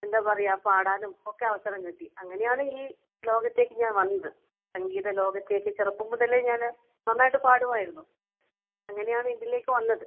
എന്താണ് പറയുക പാടാനും ഒക്കെ അവസരം കിട്ടി അങ്ങനെയാണ് ഈ ലോകത്തേക്ക് ഞാൻ വന്നത് സംഗീത ലോകത്തേക്ക് ചെറുപ്പം മുതലേ ഞാൻ നന്നായിട്ട് പാടുമായിരുന്നു അങ്ങനെയാണ് ഇതിലേക്ക് വന്നത്